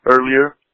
earlier